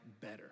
better